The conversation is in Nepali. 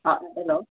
हेलो